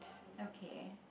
okay